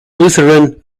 lutheran